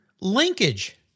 Linkage